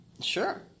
sure